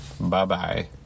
Bye-bye